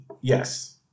Yes